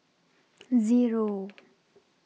Zero